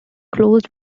closed